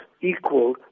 equal